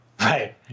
Right